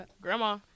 grandma